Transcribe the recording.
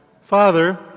Father